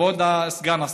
כבוד סגן השר,